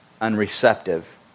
unreceptive